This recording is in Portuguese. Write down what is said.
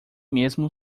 mesmo